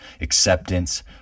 acceptance